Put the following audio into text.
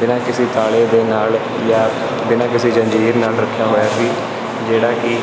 ਬਿਨਾਂ ਕਿਸੇ ਤਾਲੇ ਦੇ ਨਾਲ ਜਾਂ ਬਿਨਾਂ ਕਿਸੇ ਜੰਜੀਰ ਨਾਲ ਰੱਖਿਆ ਹੋਇਆ ਸੀ ਜਿਹੜਾ ਕਿ